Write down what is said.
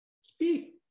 speak